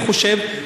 אני חושב,